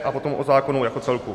A potom o zákonu jako celku.